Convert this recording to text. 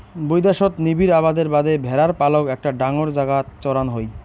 বৈদ্যাশত নিবিড় আবাদের বাদে ভ্যাড়ার পালক একটা ডাঙর জাগাত চড়ান হই